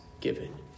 given